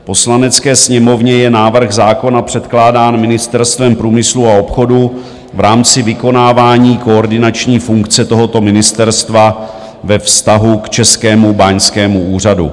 Poslanecké sněmovně je návrh zákona předkládán Ministerstvem průmyslu a obchodu v rámci vykonávání koordinační funkce tohoto ministerstva ve vztahu k Českému báňskému úřadu.